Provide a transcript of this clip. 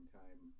time